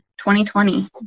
2020